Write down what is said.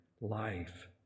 life